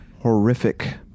horrific